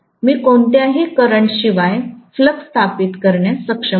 मी कोणत्याही करंट शिवाय फ्लक्स स्थापित करण्यास सक्षम आहे